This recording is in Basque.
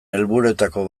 helburuetako